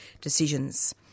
Decisions